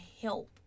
help